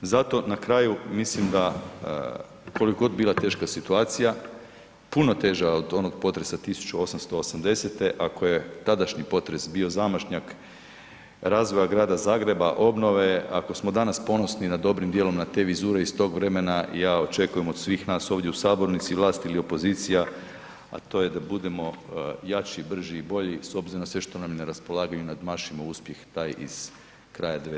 Zato na kraju mislim da koliko god bila teška situacija, puno teža od onog potresa 1880., a koje je tadašnji potres bio zamašnjak razvoja Grada Zagreba, obnove, ako smo danas ponosni dobrim dijelom na te vizure iz tog vremena, ja očekujem od svih nas ovdje u sabornici i vlasti ili opozicija, a to je da budemo jači, brži i bolji s obzirom na sve što nam je na raspolaganju i nadmašimo uspjeh taj iz kraja 19. stoljeća.